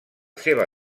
seva